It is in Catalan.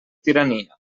tirania